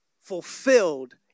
fulfilled